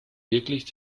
wirklich